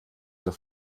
zur